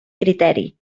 criteri